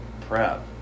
prep